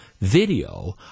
video